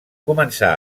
començà